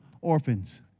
orphans